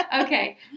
Okay